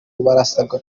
barasabwa